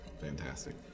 Fantastic